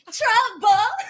trouble